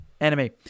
enemy